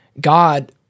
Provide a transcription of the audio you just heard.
God